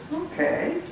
okay